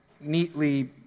neatly